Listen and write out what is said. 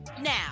now